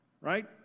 Right